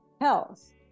health